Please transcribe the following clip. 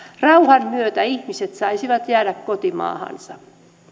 rauhan myötä ihmiset saisivat jäädä kotimaahansa